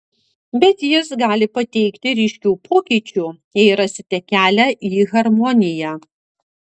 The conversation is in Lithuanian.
bet jis gali pateikti ryškių pokyčių jei rasite kelią į harmoniją